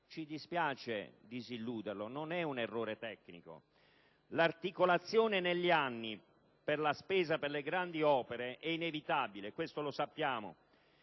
Ci dispiace disilluderlo, ma non si tratta di un errore tecnico: l'articolazione negli anni della spesa per le grandi opere è inevitabile, lo sappiamo;